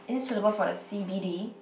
is it suitable for the c_b_d